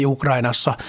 Ukrainassa